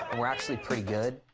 and we're actually pretty good,